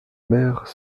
mère